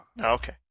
Okay